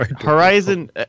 horizon